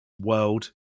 world